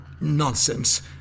Nonsense